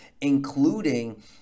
including